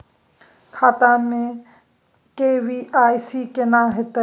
खाता में के.वाई.सी केना होतै?